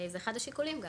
זה אחד השיקולים גם